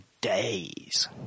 days